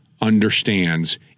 understands